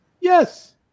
Yes